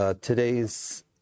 Today's